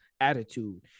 attitude